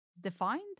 defined